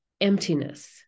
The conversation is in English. emptiness